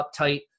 uptight